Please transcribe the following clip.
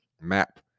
map